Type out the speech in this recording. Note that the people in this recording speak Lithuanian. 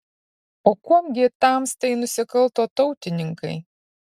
o kuom gi tamstai nusikalto tautininkai